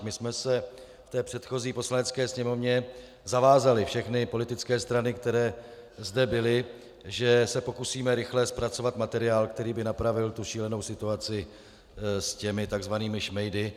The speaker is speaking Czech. My jsme se v předchozí Poslanecké sněmovně zavázali, všechny politické strany, které zde byly, že se pokusíme rychle zpracovat materiál, který by napravil šílenou situaci s těmi tzv. šmejdy.